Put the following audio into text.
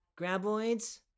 Graboids